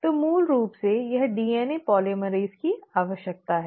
तो मूल रूप से यह DNA polymerase की आवश्यकता है